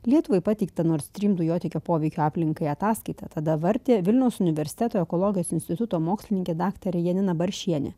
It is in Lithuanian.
lietuvai pateikta nors stream dujotiekio poveikio aplinkai ataskaita tada vardija vilniaus universiteto ekologijos instituto mokslininkė dr janina baršienė